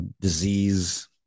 disease